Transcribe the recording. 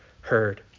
heard